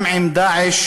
גם עם "דאעש"